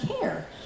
care